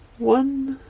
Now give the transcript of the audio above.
one,